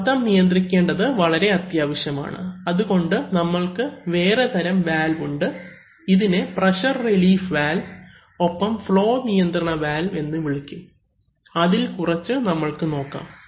മർദ്ദം നിയന്ത്രിക്കേണ്ടത് വളരെ അത്യാവശ്യമാണ് അതുകൊണ്ട് നമ്മൾക്ക് വേറെ തരം വാൽവ് ഉണ്ട് ഇതിനെ പ്രഷർ റിലീഫ് വാൽവ് ഒപ്പം ഫ്ളോ നിയന്ത്രണ വാൽവ് എന്ന് വിളിക്കും അതിൽ കുറച്ച് നമ്മൾക്ക് നോക്കാം